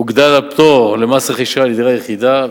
הוגדל הפטור למס רכישה לדירה יחידה,